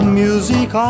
music